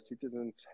citizens